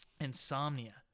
insomnia